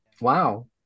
wow